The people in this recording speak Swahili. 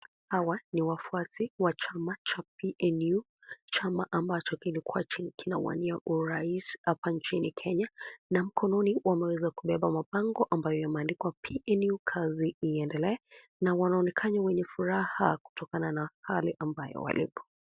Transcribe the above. Hawa ni wafuasi wa chama cha PNU.Chama ambacho kilikuwa kinawania urais hapa inchini Kenya. Na mkononi wanaweza kubeba mabango ambayo yameandikwa PNU, kazi iendelee. Na wanaonekana wenye furaha kutokana na hali ambayo walipo.